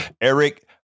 Eric